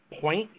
point